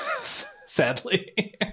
sadly